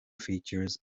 features